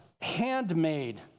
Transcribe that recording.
handmade